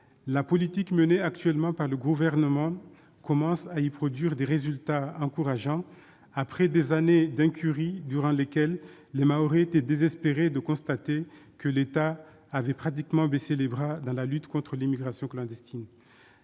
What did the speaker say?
La politique menée actuellement par le Gouvernement commence à produire des résultats encourageants, après des années d'incurie durant lesquelles les Mahorais étaient désespérés de constater que l'État avait pratiquement baissé les bras dans la lutte contre l'immigration clandestine.